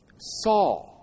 Saul